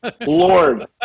Lord